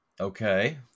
Okay